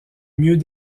mieux